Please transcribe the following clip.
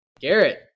Garrett